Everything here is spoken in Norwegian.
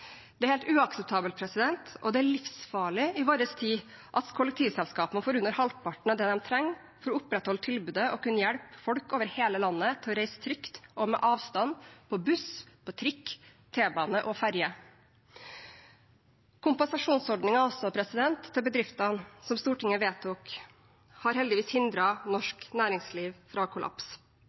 Det er helt uakseptabelt, og det er livsfarlig i vår tid at kollektivselskapene får under halvparten av det de trenger for å kunne opprettholde tilbudet og hjelpe folk over hele landet til å reise trygt og med avstand på buss, trikk, t-bane og ferje. Kompensasjonsordningen til bedriftene som Stortinget vedtok, har heldigvis hindret norsk næringsliv fra kollaps.